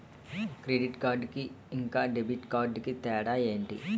Credit card కి ఇంకా debit card కి తేడా ఏంటి?